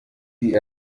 die